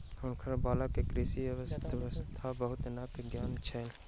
हुनकर बालक के कृषि अर्थशास्त्रक बहुत नीक ज्ञान छल